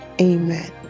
Amen